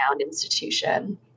institution